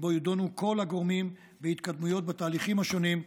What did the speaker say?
שבו ידונו כל הגורמים בהתקדמויות בתהליכים השונים,